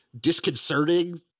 disconcerting